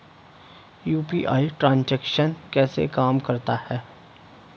UPI transaction कैसे काम करता है?